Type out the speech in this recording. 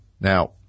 Now